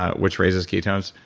which raises ketones,